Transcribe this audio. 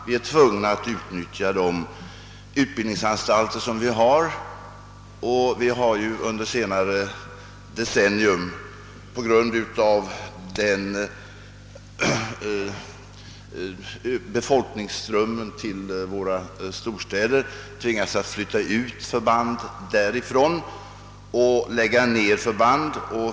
Vi är tvungna att utnyttja de utbildningsanstalter vi har, och under senare decennier har vi på grund av befolkningsströmmen till våra storstäder tvingats flytta ut eller lägga ner förband.